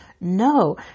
no